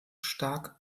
stark